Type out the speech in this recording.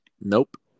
Nope